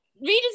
readers